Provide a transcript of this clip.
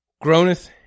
groaneth